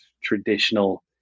traditional